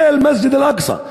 זה מסגד אל-אקצא.